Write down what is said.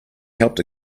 helped